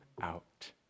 out